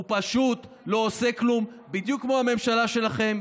הוא פשוט לא עושה כלום, בדיוק כמו הממשלה שלכם.